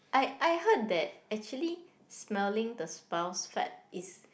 I I heard that actually smelling the spouse fart is